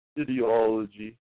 ideology